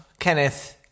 Kenneth